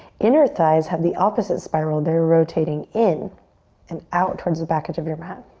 inner thighs have the opposite spiral. they're rotating in and out towards the back edge of your mat.